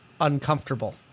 uncomfortable